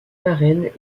marraine